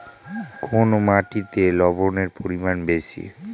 কোন মাটিতে লবণের পরিমাণ বেশি?